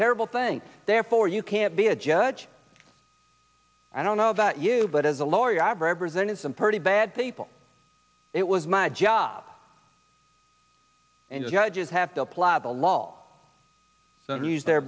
terrible thing therefore you can't be a judge i don't know about you but as a lawyer i've represented some pretty bad people it was my job and the judges have to apply the law then use their